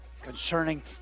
concerning